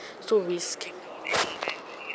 so we